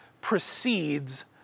precedes